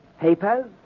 papers